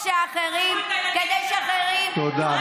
כדי שאחרים, כדי שאחרים, תודה.